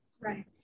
right